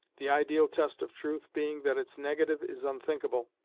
the ideal test of truth being that its negative is unthinkable,